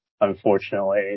unfortunately